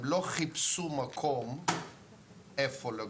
הם לא חיפשו מקום איפה לגור,